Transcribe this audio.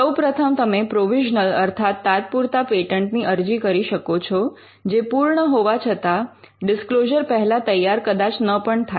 સૌપ્રથમ તમે પ્રોવિઝનલ અર્થાત તાત્પૂરતા પેટન્ટની અરજી કરી શકો છો જે પૂર્ણ હોવા છતાં ડિસ્ક્લોઝર પહેલા તૈયાર કદાચ ન પણ થાય